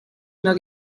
non